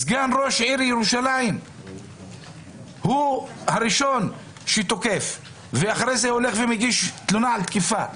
סגן ראש עיריית ירושלים הוא הראשון שתוקף ואחרי זה מגיש תלונה על תקיפה.